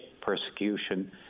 persecution